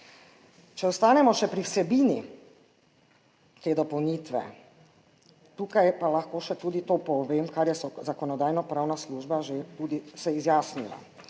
Če ostanemo še pri vsebini te dopolnitve, tukaj pa lahko še tudi to povem, kar je Zakonodajno-pravna služba že tudi se izjasnila;